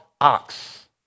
ox